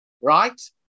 right